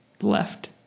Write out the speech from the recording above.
left